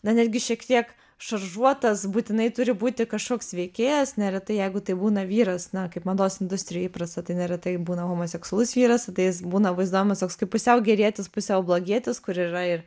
na netgi šiek tiek šaržuotas būtinai turi būti kažkoks veikėjas neretai jeigu tai būna vyras na kaip mados industrijoj įprasta tai neretai būna homoseksualus vyras tai jis būna vaizduojamas toks kaip pusiau gerietis pusiau blogietis kur yra ir